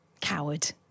Coward